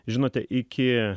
žinote iki